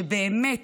שבאמת